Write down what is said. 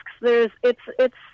There's—it's—it's